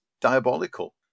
Diabolical